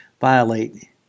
violate